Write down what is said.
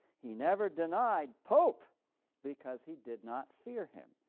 he never denied pope because he did not fear him.